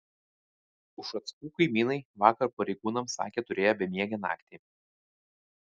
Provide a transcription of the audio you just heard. ušackų kaimynai vakar pareigūnams sakė turėję bemiegę naktį